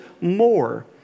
more